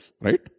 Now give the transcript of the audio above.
right